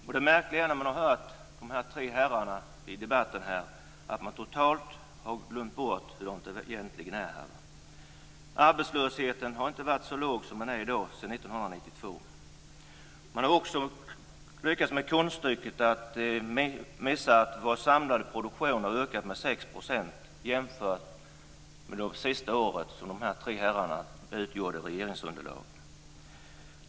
Det är märkligt att se hur de tre herrarna i debatten här totalt har glömt bort hur det egentligen är. Arbetslösheten har ju sedan 1992 inte varit så låg som den i dag är. Man har också lyckats med konststycket att missa att vår samlade produktion har ökat med 6 % jämfört med hur det var under det sista året då de här tre herrarna ingick i regeringsunderlaget.